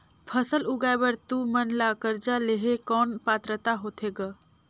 फसल उगाय बर तू मन ला कर्जा लेहे कौन पात्रता होथे ग?